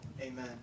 Amen